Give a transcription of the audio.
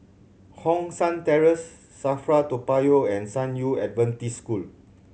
Hong San Terrace SAFRA Toa Payoh and San Yu Adventist School